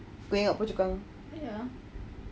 kau ingat phua chu kang